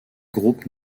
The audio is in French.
groupes